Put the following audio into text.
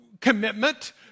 commitment